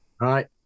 Right